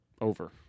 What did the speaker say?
Over